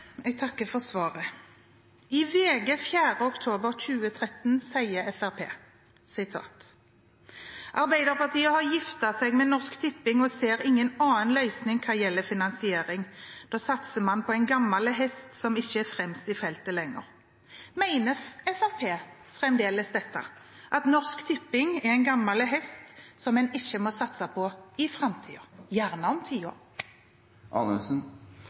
Jeg takker for svaret. I VG 4. oktober 2013 sier Fremskrittspartiet: «De har giftet seg med Norsk Tipping og ser ingen annen løsning hva gjelder finansiering. Da satser man på en gammel hest som ikke er fremst i feltet lenger.» Mener Fremskrittspartiet fremdeles dette, at Norsk Tipping er en gammel hest som en ikke må satse på i framtiden – gjerne om